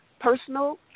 personal